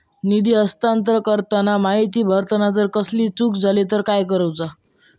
निधी हस्तांतरण करताना माहिती भरताना जर कसलीय चूक जाली तर काय करूचा?